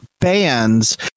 bands